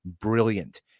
brilliant